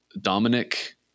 Dominic